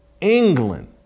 England